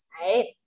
Right